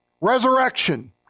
Resurrection